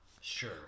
Sure